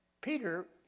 Peter